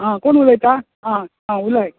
आं कोण उलयता आं आं उलय